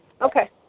Okay